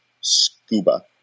SCUBA